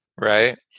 Right